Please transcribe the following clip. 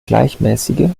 gleichmäßige